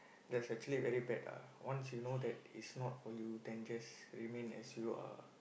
that's actually very bad ah once you know that it's not for you then just remain as you are